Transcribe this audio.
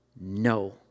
no